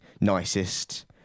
nicest